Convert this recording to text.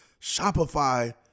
Shopify